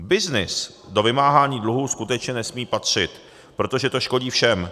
Byznys do vymáhání dluhů skutečně nesmí patřit, protože to škodí všem.